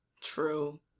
True